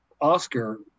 Oscar